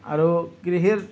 আৰু কৃষিৰ